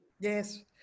Yes